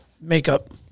makeup